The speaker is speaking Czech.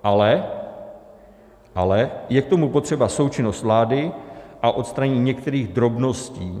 Ale ale je k tomu potřeba součinnost vlády a odstranění některých drobností.